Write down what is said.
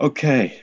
Okay